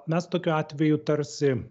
mes tokiu atveju tarsi